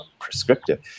prescriptive